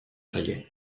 zaie